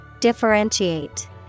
Differentiate